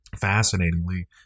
fascinatingly